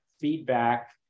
feedback